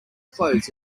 clothes